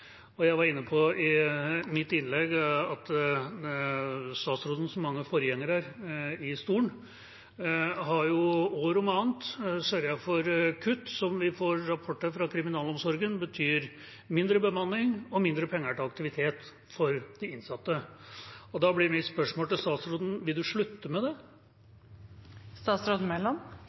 var jeg inne på at statsråden, som mange forgjengere i stolen, år om annet har sørget for kutt som kriminalomsorgen rapporterer om at betyr mindre bemanning og færre penger til aktiviteter for de innsatte. Da blir mitt spørsmål til statsråden: Vil hun slutte med det?